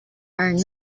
are